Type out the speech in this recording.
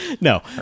No